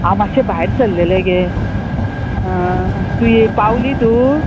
हांव मातशें भायर सरलेलें गे तूं ये पावली तूं